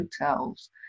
hotels